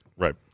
Right